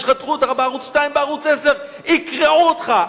ישחטו אותך, בערוץ-2, בערוץ-10, יקרעו אותך.